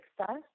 success